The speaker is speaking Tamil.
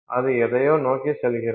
அது எதையோ நோக்கி செல்கிறது